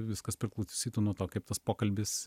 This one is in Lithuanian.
viskas priklausytų nuo to kaip tas pokalbis